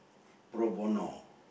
pro bono